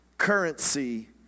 currency